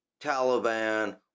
Taliban